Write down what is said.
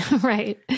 right